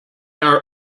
are